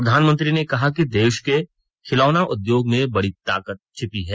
प्रधानमंत्री ने कहा कि देश के खिलौना उद्योग में बहुत बड़ी ताकत छिपी है